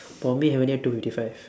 for me haven't yet two fifty five